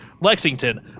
Lexington